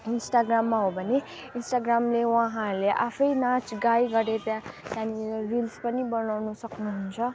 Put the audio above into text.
इन्स्टाग्राममा हो भने इन्स्टाग्रामले उहाँहरूले आफै नाच गाई गरेर त्यहाँ त्यहाँ रिल्स पनि बनाउनु सक्नुहुन्छ